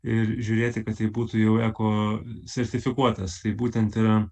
ir žiūrėti kad tai būtų jau eko sertifikuotas tai būtent yra